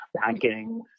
banking